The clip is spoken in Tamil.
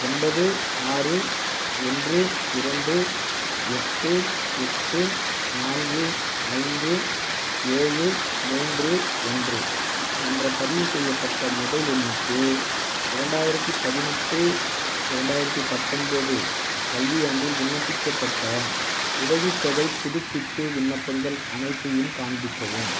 ஒன்பது ஆறு ஒன்று இரண்டு எட்டு எட்டு நான்கு ஐந்து ஏழு மூன்று ஒன்று என்ற பதிவுசெய்யப்பட்ட மொபைல் எண்ணுக்கு இரண்டாயிரத்தி பதினெட்டு இரண்டாயிரத்தி பத்தொம்போது கல்வியாண்டில் விண்ணப்பிக்கப்பட்ட உதவித்தொகைப் புதுப்பிப்பு விண்ணப்பங்கள் அனைத்தையும் காண்பிக்கவும்